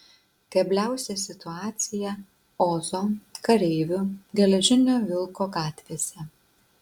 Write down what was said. kebliausia situacija ozo kareivių geležinio vilko gatvėse